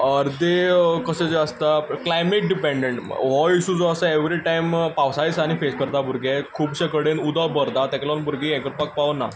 अर्दे कशे जे आसता क्लायमेट डिपेंडंट हो इश्यू जो आसा एव्हरी टायम पावसा दिसांनी फेस करता भुरगे खुबशे कडेन उदक भरता ताका लागून भुरगे हें करपाक पावना